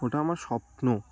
ওটা আমার স্বপ্ন